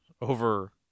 over